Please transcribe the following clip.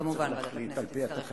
כמובן, ועדת הכנסת תצטרך להחליט.